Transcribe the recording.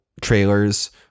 trailers